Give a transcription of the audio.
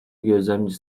gözlemci